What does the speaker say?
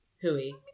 Hooey